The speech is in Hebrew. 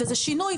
זה שינוי,